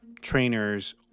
trainers